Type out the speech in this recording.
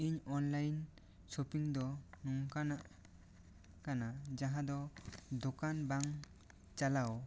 ᱤᱧ online shopping ᱫᱚ ᱱᱚᱝᱠᱟᱱᱟᱜ ᱠᱟᱱᱟ ᱡᱟᱦᱟᱸ ᱫᱚ ᱫᱚᱠᱟᱱ ᱵᱟᱝ ᱪᱟᱞᱟᱣ ᱠᱟᱛᱮ